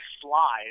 slide